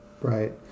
right